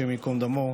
השם ייקום דמו,